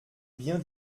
bien